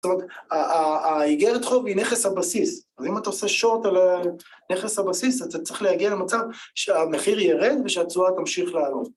זאת אומרת, האיגרת חוב היא נכס הבסיס. אז אם אתה עושה שורט על נכס הבסיס, אתה צריך להגיע למצב שהמחיר ירד ושהתשואה תמשיך לעלות.